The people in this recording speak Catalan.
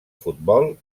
futbol